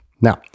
Now